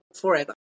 forever